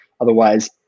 Otherwise